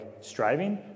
striving